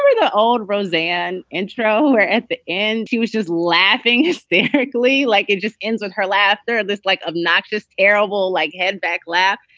the old roseanne intro where at the end she was just laughing hysterically, like it just ends with her laughter at this like obnoxious, terrible, like head back lap.